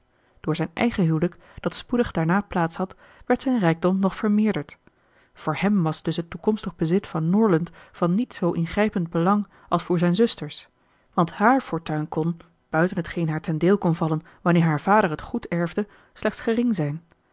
door zijn eigen huwelijk dat spoedig daarna plaats had werd zijn rijkdom nog vermeerderd voor hem was dus het toekomstig bezit van norland van niet zoo ingrijpend belang als voor zijn zusters want haar fortuin kon buiten t geen haar ten deel kon vallen wanneer haar vader het goed erfde slechts gering zijn